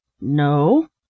No